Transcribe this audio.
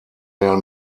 der